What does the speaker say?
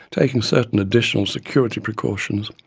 taking certain additional security precautions.